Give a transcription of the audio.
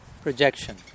projection